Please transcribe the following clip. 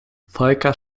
volker